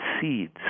seeds